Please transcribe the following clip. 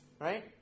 Right